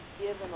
given